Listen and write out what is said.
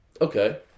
Okay